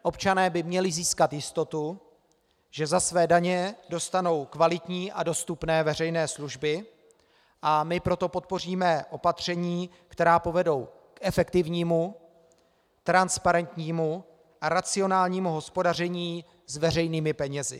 Občané by měli získat jistotu, že za své daně dostanou kvalitní a dostupné veřejné služby, a my proto podpoříme opatření, která povedou k efektivnímu, transparentnímu a racionálnímu hospodaření s veřejnými penězi.